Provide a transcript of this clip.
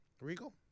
Regal